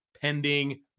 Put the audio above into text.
pending